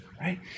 right